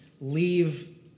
leave